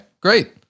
great